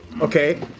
okay